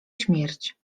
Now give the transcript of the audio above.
śmierć